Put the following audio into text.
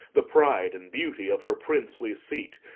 the pride and beauty of her princely seat,